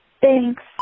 Thanks